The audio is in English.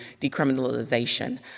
decriminalization